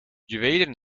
juwelen